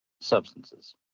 substances